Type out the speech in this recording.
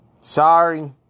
Sorry